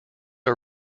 are